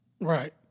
Right